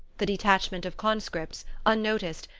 the detachment of conscripts, unnoticed,